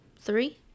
three